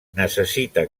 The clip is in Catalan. necessita